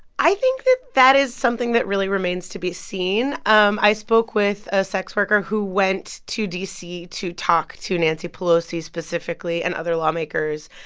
i think that that is something that really remains to be seen. um i spoke with a sex worker who went to d c. to talk to nancy pelosi specifically and other lawmakers.